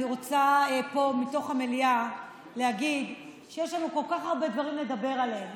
אני רוצה פה מתוך המליאה להגיד שיש לנו כל כך הרבה דברים לדבר עליהם,